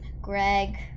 Greg